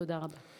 תודה רבה.